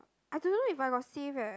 I don't know if I got save eh